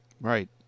Right